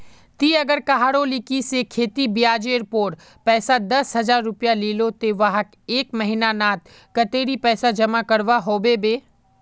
ती अगर कहारो लिकी से खेती ब्याज जेर पोर पैसा दस हजार रुपया लिलो ते वाहक एक महीना नात कतेरी पैसा जमा करवा होबे बे?